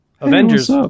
Avengers